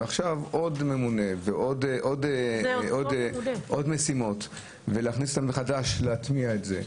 ועכשיו עוד ממונה ועוד משימות שצריך להכניס מחדש ולהטמיע אותן.